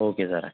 okay സാറെ